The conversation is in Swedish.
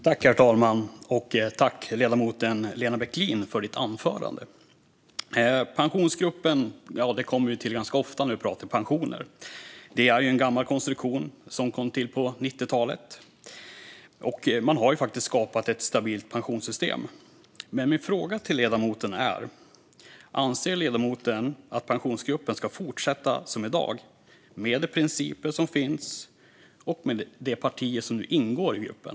Herr talman! Tack, ledamoten Lena Bäckelin, för anförandet! Vi återkommer ganska ofta till Pensionsgruppen när vi pratar om pensioner. Det är en gammal konstruktion, som kom till på 90-talet, och man har faktiskt skapat ett stabilt pensionssystem. Men min fråga till ledamoten är: Anser ledamoten att Pensionsgruppen ska fortsätta som i dag, med de principer som finns och med de partier som nu ingår i gruppen?